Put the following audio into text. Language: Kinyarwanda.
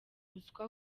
ruswa